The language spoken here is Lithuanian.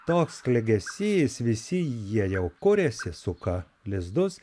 toks klegesys visi jie jau kuriasi suka lizdus